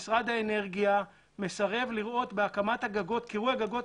משרד האנרגיה מסרב לראות בקירוי הגגות